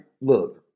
look